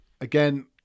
again